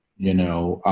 you know,